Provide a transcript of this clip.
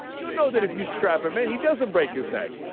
you know that if you stop him in, he doesn't break his neck,